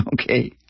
Okay